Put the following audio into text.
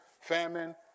famine